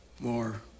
more